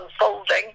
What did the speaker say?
unfolding